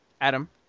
Adam